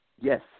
Yes